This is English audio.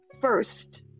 first